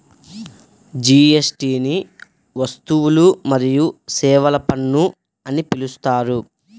జీఎస్టీని వస్తువులు మరియు సేవల పన్ను అని పిలుస్తారు